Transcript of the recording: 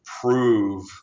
prove